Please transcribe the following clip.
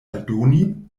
aldoni